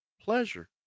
pleasure